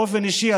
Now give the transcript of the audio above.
באופן אישי,